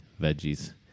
veggies